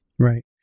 Right